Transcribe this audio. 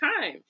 Time